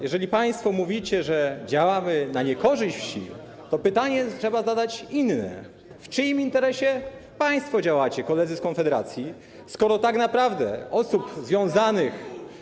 Jeżeli państwo mówicie, że działamy na niekorzyść wsi, to trzeba zadać inne pytanie, w czyim interesie państwo działacie, koledzy z Konfederacji, skoro tak naprawdę osób związanych.